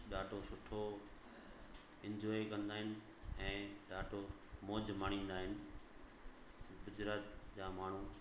ॾाढो सुठो इंजोए कंदा आहिनि ऐं ॾाढो मौज माणींदा आहिनि गुजरात जा माण्हू